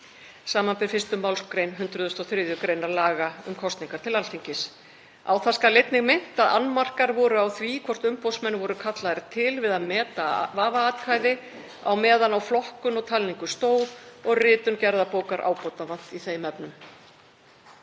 samanber 1. mgr. 103. gr. laga um kosningar til Alþingis. Á það skal einnig minnt að annmarkar voru á því hvort umboðsmenn voru kallaðir til við að meta vafaatkvæði á meðan flokkun og talningu stóð og ritun gerðabókar ábótavant í þeim efnum.